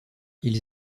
ils